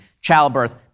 childbirth